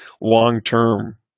long-term